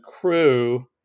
crew